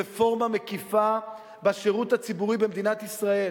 רפורמה מקיפה בשירות הציבורי במדינת ישראל: